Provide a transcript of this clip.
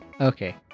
Okay